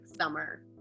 summer